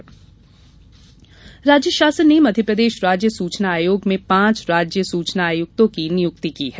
सूचना आयुक्त राज्य शासन ने मध्यप्रदेश राज्य सूचना आयोग में पांच राज्य सूचना आयुक्तों की नियुक्ति की है